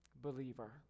believer